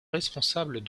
responsable